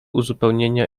uzupełnienia